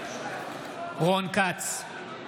רון כץ,